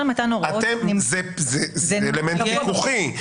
זה אלמנט פיקוחי.